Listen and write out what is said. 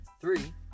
three